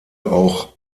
auch